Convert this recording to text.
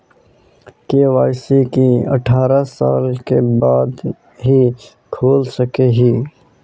KYC की अठारह साल के बाद ही खोल सके हिये?